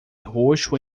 roxo